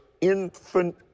infant